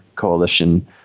coalition